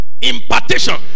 Impartation